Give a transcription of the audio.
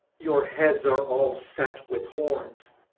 your heads are all set with horns.